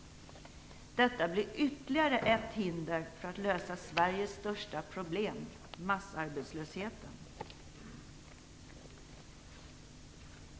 Detta blir ytterligare ett hinder för att lösa Sveriges största problem - massarbetslösheten.